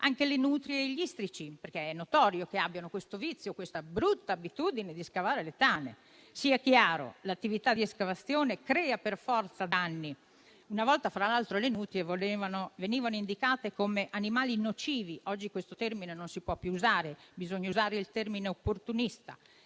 anche nutrie e istrici che, come noto, hanno il vizio e la brutta abitudine di scavare le tane. Sia chiaro: l'attività di escavazione crea per forza da anni. Una volta, fra l'altro, le nutrie venivano indicate come animali nocivi: oggi questo termine non si può più usare, ma bisogna utilizzare «opportunista»,